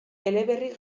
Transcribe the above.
eleberri